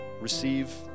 Receive